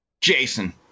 Jason